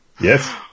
Yes